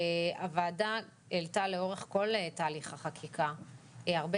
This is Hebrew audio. הוועדה העלתה לאורך כל תהליך החקיקה הרבה